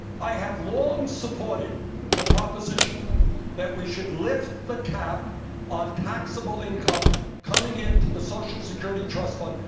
i have long supported the proposition that we should lift the cap on taxable income coming into the social security trust fund,